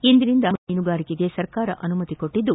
ಇಂದಿನಿಂದ ಆಳ ಸಮುದ್ದ ಮೀನುಗಾರಿಕೆಗೆ ಸರಕಾರ ಅನುಮತಿ ನೀಡಿದ್ದು